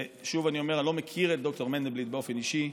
ושוב אני אומר: אני לא מכיר את ד"ר מנדלבליט באופן אישי,